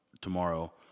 tomorrow